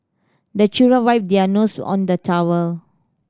the children wipe their nose on the towel